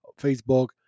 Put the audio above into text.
facebook